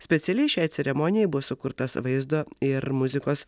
specialiai šiai ceremonijai buvo sukurtas vaizdo ir muzikos